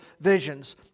visions